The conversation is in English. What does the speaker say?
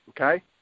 okay